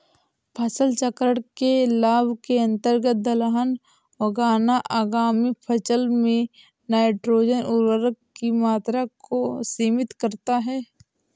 फसल चक्र के लाभ के अंतर्गत दलहन उगाना आगामी फसल में नाइट्रोजन उर्वरक की मात्रा को सीमित करता है